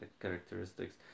characteristics